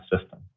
system